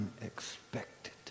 unexpected